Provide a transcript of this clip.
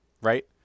Right